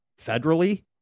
federally